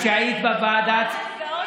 שהיית בוועדת,